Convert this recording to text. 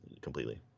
completely